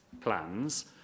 plans